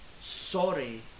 sorry